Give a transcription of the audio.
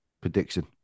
prediction